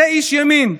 זה איש ימין.